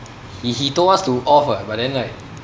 he he told us to off [what] but then like